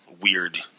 weird